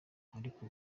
ariko